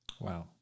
Wow